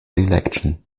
election